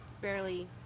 barely